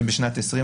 שבשנת 2020,